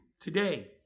today